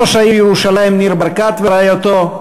ראש העיר ירושלים ניר ברקת ורעייתו,